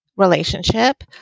relationship